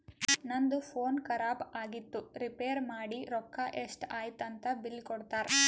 ನಂದು ಫೋನ್ ಖರಾಬ್ ಆಗಿತ್ತು ರಿಪೇರ್ ಮಾಡಿ ರೊಕ್ಕಾ ಎಷ್ಟ ಐಯ್ತ ಅಂತ್ ಬಿಲ್ ಕೊಡ್ತಾರ್